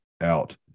out